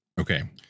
Okay